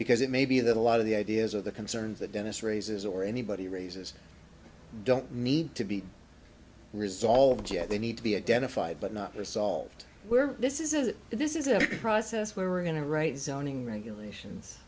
because it may be that a lot of the ideas of the concerns that dennis raises or anybody raises don't need to be resolved yet they need to be identified but not resolved where this is this is a process where we're going to write zoning regulations